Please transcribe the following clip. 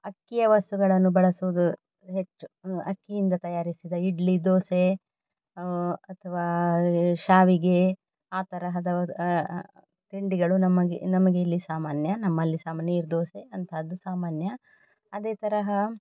ಅಕ್ಕಿಯ ವಸ್ತುಗಳನ್ನು ಬಳಸುವುದು ಹೆಚ್ಚು ಅಕ್ಕಿಯಿಂದ ತಯಾರಿಸಿದ ಇಡ್ಲಿ ದೋಸೆ ಅಥ್ವಾ ಶಾವಿಗೆ ಆ ತರಹದ ತಿಂಡಿಗಳು ನಮಗೆ ನಮಗಿಲ್ಲಿ ಸಾಮಾನ್ಯ ನಮ್ಮಲ್ಲಿ ಸಾಮಾನ್ಯ ನೀರು ದೋಸೆ ಅಂಥಾದ್ದು ಸಾಮಾನ್ಯ ಅದೇ ತರಹ